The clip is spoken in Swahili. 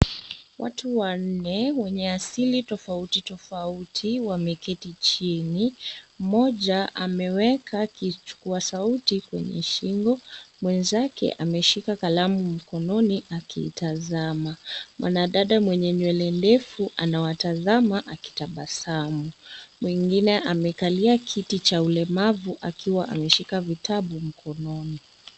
Watu wanne wenye asili tofauti tofauti wameketi chini moja ameweka kichukua kwa sauti kwenye shingo mwenzake ameshika kalamu mikononi akiitazama. Mwanadada mwenye nywele ndefu anawatazama akitabasamu mwingine amekalia kiti cha ulemavu akiwa ameshika vitabu mkononi.